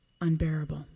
unbearable